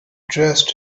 dressed